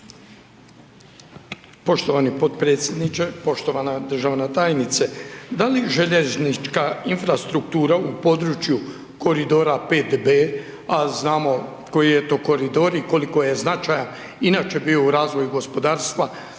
Poštovani potpredsjedniče, poštovana državna tajnice. Da li željeznička infrastruktura u području koridora 5B, a znamo koji je to koridor i koliko je značajan inače bio u razvoju gospodarstva